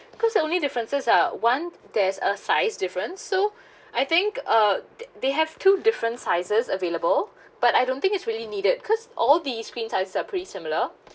cause the only differences are one there's a size difference so I think uh th~ they have two different sizes available but I don't think it's really needed cause all the screen size are pretty similar